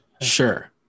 Sure